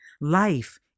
Life